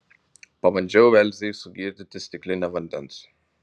pabandžiau elzei sugirdyti stiklinę vandens